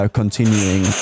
continuing